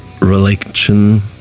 religion